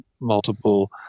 multiple